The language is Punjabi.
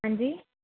ਹਾਂਜੀ